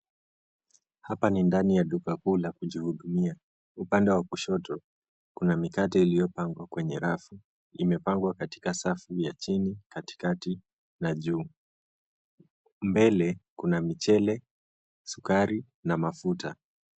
Hapa ni ndani ya duka kuu la kujihudumia. Upande wa kushoto, kuna mikate iliyopangwa kwenye rafu. Imepangwa katika safu ya chini, katikati na juu. Mbele kuna michele, sukari na mafuta.